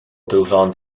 dúshlán